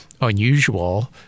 unusual